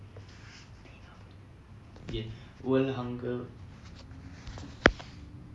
ya world hunger